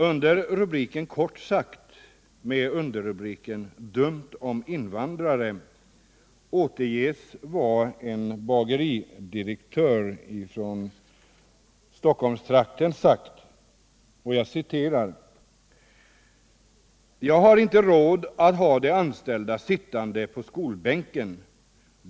Under rubriken ”KORT SAGT” med underrubriken ”Dumt om invandrare” återges vad en bageridirektör sagt: ”Jag har inte råd att ha de anställda sittande på skolbänken.